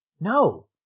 No